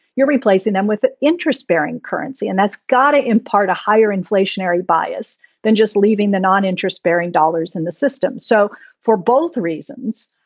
you're replacing them with ah interest bearing currency. and that's got to impart a higher inflationary bias than just leaving the non-interest bearing dollars in the system. so for both reasons,